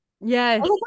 Yes